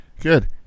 Good